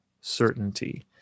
certainty